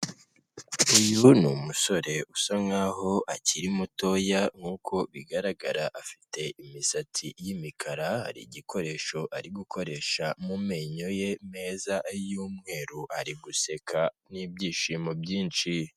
Uyu ni umusore usa nk'aho akiri mutoya nk'uko bigaragara afite imisatsi y'imikara igikoresho ari gukoresha mu menyo ye meza y'umweru ari guseka n'ibyishimo byinshi.